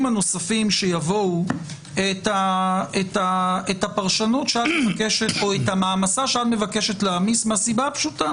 שיבואו את המעמסה שאת מבקשת להעמיס מהסיבה הפשוטה